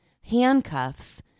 handcuffs